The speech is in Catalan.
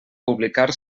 publicar